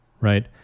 right